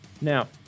Now